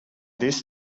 this